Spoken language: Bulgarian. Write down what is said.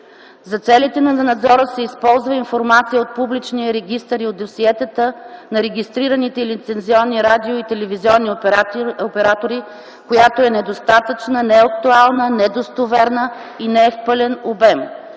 За целите на надзора се използва информация от публичния регистър и от досиетата на регистрираните лицензионни радио- и телевизионни оператори, която е недостатъчна, неактуална, недостоверна и не е в пълен обем.